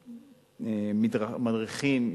מדריכים,